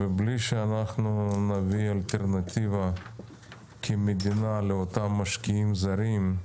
מבלי שנביא כמדינה אלטרנטיבה לאותם משקיעים זרים,